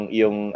yung